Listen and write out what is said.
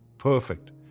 perfect